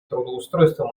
трудоустройства